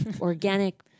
organic